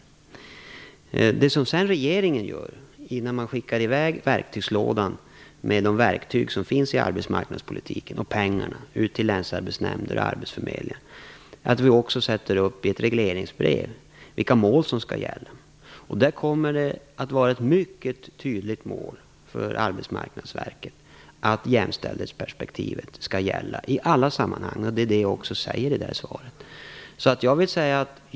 Innan regeringen till länsarbetsnämnder och arbetsförmedlingar skickar i väg verktygslådan med de verktyg och pengar som finns i arbetsmarknadspolitiken, anger vi i ett regleringsbrev vilka mål som skall gälla. Som jag sade i frågesvaret kommer det att vara ett mycket tydligt mål för Arbetsmarknadsverket att jämställdhetsperspektivet skall gälla i alla sammanhang.